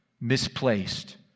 misplaced